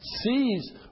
sees